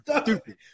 stupid